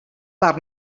per